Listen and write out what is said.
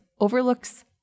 overlooks